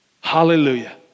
Hallelujah